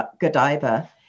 Godiva